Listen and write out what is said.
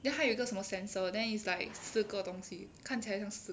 then 他有一个什么 sensor then is like 四个东西看起来像四